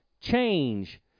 change